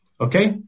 Okay